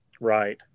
Right